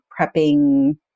prepping